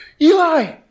Eli